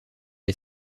est